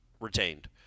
retained